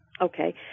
Okay